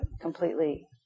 completely